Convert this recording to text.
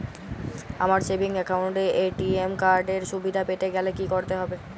আমার savings account এ ATM card এর সুবিধা পেতে গেলে কি করতে হবে?